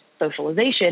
socialization